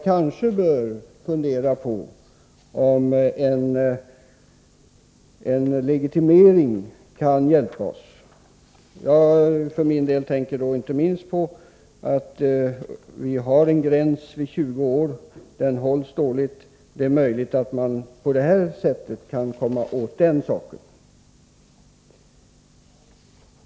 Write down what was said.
Kanske bör vi emellertid fundera på om legitimering skulle kunna hjälpa. För min del tänker jag inte minst på det faktum att det finns en gräns vid 20 år som hålls dåligt. Kanske kunde vi råda bot på missförhållandet på det nämnda sättet.